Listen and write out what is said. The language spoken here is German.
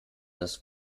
das